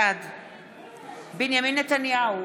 בעד בנימין נתניהו,